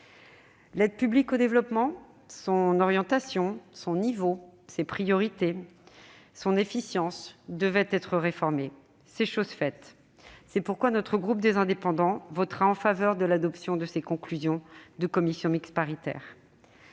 L'aide publique au développement, son orientation, son niveau, ses priorités, son efficacité devaient être réformés. C'est chose faite. C'est pourquoi le groupe Les Indépendants votera en faveur de l'adoption des conclusions de cette commission mixte paritaire.